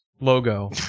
logo